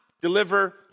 deliver